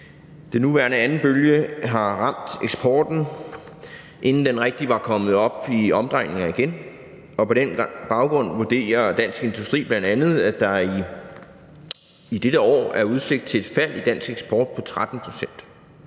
Den nuværende, anden bølge har ramt eksporten, inden den rigtig var kommet op i omdrejninger igen, og på den baggrund vurderer Dansk Industri bl.a., at der i dette år er udsigt til et fald i dansk eksport på 13